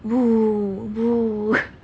boo boo